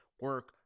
Work